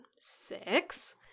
six